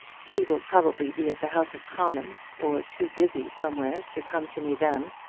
he will probably be at the house of commons, or too busy somewhere to come to me then.